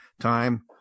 time